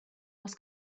was